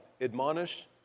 Admonish